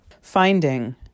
Finding